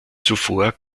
zuvor